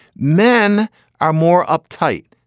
men are more uptight.